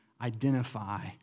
identify